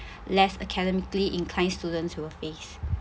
less academically inclined students will face